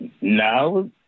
No